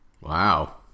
Wow